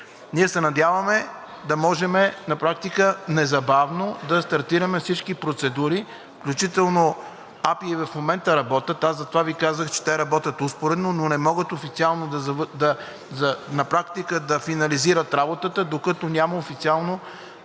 ние се надяваме да можем на практика незабавно да стартираме всички процедури. Включително АПИ и в момента работят. Аз затова Ви казах, че те работят успоредно, но не могат официално – на практика, да финализират работата, докато няма официален